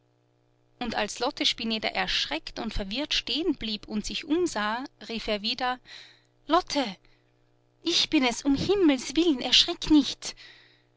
und als lotte spineder erschreckt und verwirrt stehen blieb und sich umsah rief er wieder lotte ich bin es um himmelswillen erschrick nicht